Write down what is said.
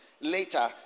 later